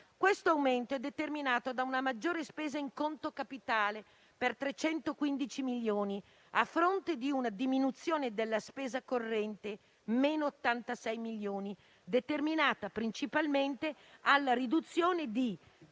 Questo aumento è determinato da una maggiore spesa in conto capitale per 315 milioni di euro, a fronte di una diminuzione della spesa corrente (meno 86 milioni di euro) determinata principalmente dalla riduzione di